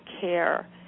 care